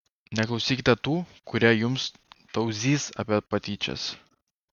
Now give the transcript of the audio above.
neklausykite tų kurie jums tauzys apie patyčias